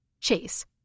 Chase